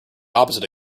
opposite